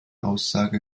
aussage